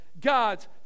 God's